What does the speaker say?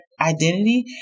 identity